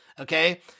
okay